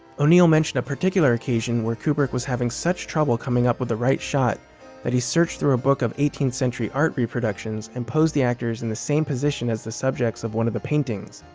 o'neal mentioned a particular occasion where kubrick was having such trouble coming up with the right shot that he searched through a book of eighteenth century art reproductions and posed the actors in the same position as the subjects of one of the paintings